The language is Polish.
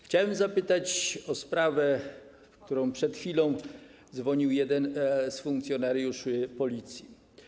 Chciałem zapytać o kwestię, w sprawie której przed chwilą dzwonił jeden z funkcjonariuszy Policji.